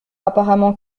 apparemment